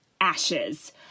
ashes